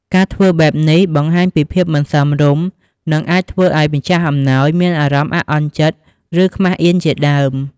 ការធ្វើបែបនេះបង្ហាញពីភាពមិនសមរម្យ និងអាចធ្វើឲ្យម្ចាស់អំណោយមានអារម្មណ៍អាក់អន់ចិត្ត ឬខ្មាសអៀនជាដើម។